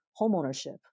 homeownership